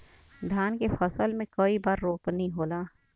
धान के फसल मे कई बार रोपनी होला?